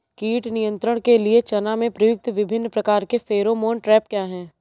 कीट नियंत्रण के लिए चना में प्रयुक्त विभिन्न प्रकार के फेरोमोन ट्रैप क्या है?